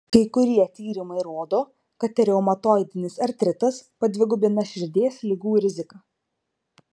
kai kurie tyrimai rodo kad reumatoidinis artritas padvigubina širdies ligų riziką